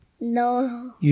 No